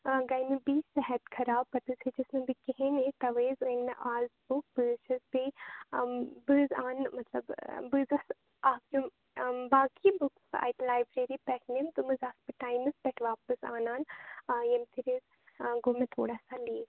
آں گٔے مےٚ بیٚیہِ صحت خَراب پتہٕ حظ ہیٚچِس نہٕ بہٕ کِہیٖنۍ یِتھ تَوے حظ أنۍ مےٚ آز بُک بہٕ حظ چھس بییہِ آں بہٕ حظ اننہٕ مَطلب بہٕ حظ آسہٕ اکھ یِم باقٕے بُکس اتہِ یِم لایبرٔری پٮ۪ٹھ نِم تِم حظ آسہٕ بہٕ ٹایِمَس پٮ۪ٹھ واپَس انان آں یَمہِ پھِر حظ آں گوٚو مےٚ تھوڑا سا لیٹ